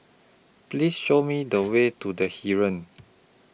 Please Show Me The Way to The Heeren